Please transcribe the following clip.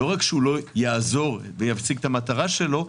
לא רק שלא יעזור וישיג את המטרה שלו,